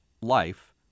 life